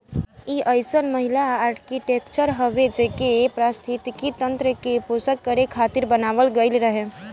इ अइसन पहिला आर्कीटेक्चर हवे जेके पारिस्थितिकी तंत्र के पोषण करे खातिर बनावल गईल रहे